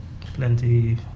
plenty